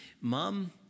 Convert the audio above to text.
Mom